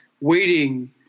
waiting